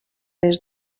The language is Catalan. les